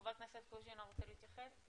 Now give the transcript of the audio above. חבר הכנסת קוז'ינוב רוצה להתייחס?